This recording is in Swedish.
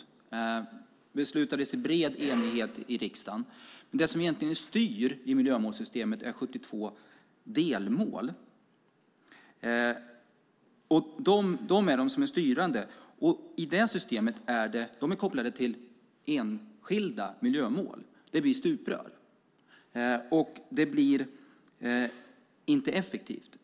Det beslutades i bred enighet i riksdagen. Det som egentligen är styrande i miljömålssystemet är 72 delmål, och de är kopplade till enskilda miljömål. Det blir stuprör, och det blir inte effektivt.